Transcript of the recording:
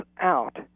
out